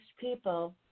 people